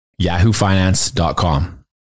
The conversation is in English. yahoofinance.com